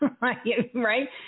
right